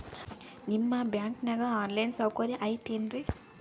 ನಿಮ್ಮ ಬ್ಯಾಂಕನಾಗ online ಸೌಕರ್ಯ ಐತೇನ್ರಿ?